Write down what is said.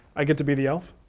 i get to be the elf.